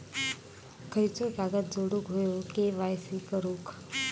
खयचो कागद जोडुक होयो के.वाय.सी करूक?